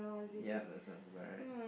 yup that sounds about right